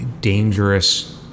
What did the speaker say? dangerous